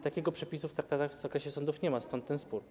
Takiego przepisu w traktatach w zakresie sądów nie ma, stąd ten spór.